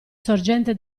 sorgente